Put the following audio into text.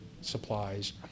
supplies